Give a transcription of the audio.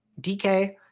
dk